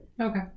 Okay